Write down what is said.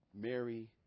Mary